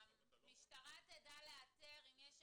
אם יש שם ילד שנפגע המשטרה תדע לאתר מיהו.